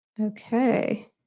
Okay